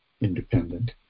independent